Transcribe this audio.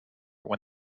when